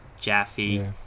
Jaffe